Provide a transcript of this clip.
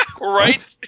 Right